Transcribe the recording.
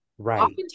Right